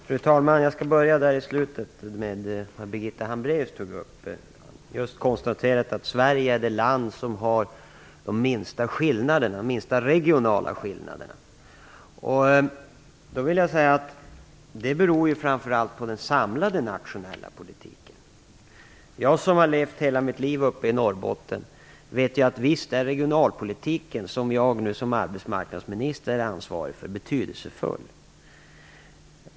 Fru talman! Jag skall börja med det som Birgitta Hambraeus tog upp i slutet av sitt anförande. Vi har just konstaterat att Sverige är det land som har de minsta regionala skillnaderna. Det beror framför allt på den samlade nationella politiken. Jag som har levt hela mitt liv uppe i Norrbotten vet att regionalpolitiken, som jag som arbetsmarknadsminister nu är ansvarig för, är betydelsefull.